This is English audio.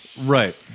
Right